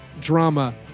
drama